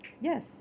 Yes